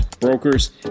brokers